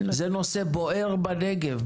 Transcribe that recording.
זה נושא בוער בנגב.